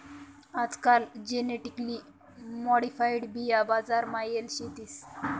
आजकाल genetically modified बिया बजार मा येल शेतीस